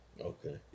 Okay